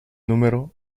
número